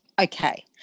Okay